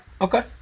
Okay